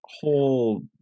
whole